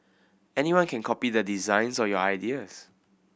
anyone can copy the designs or your ideas